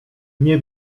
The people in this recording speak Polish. nie